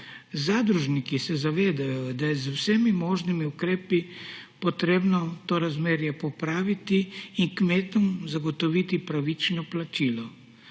Zadružniki se zavedajo, da je z vsemi možnimi ukrepi potrebno to razmerje popraviti in kmetom zagotoviti pravično plačilo.